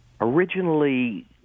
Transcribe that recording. Originally